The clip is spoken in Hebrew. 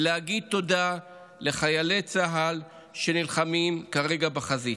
ולהגיד תודה לחיילי צה"ל שנלחמים כרגע בחזית.